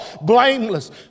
blameless